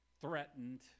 threatened